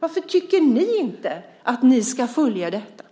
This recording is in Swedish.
Varför tycker ni inte att ni ska följa detta?